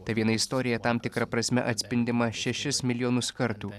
ta viena istorija tam tikra prasme atspindima šešis milijonus kartų